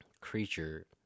creature